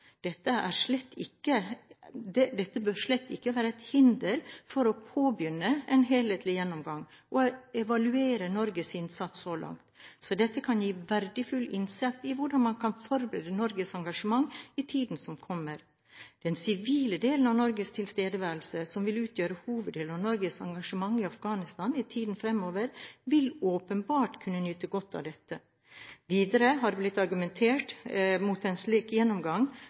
Dette bør slett ikke være noe hinder for å påbegynne en helhetlig gjennomgang og evaluere Norges innsats så langt. Dette kan gi verdifull innsikt i hvordan man kan forbedre Norges engasjement i tiden som kommer. Den sivile delen av Norges tilstedeværelse, som vil utgjøre hoveddelen av Norges engasjement i Afghanistan i tiden fremover, vil åpenbart kunne nyte godt av dette. Videre har det blitt argumentert mot en slik gjennomgang